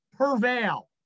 prevail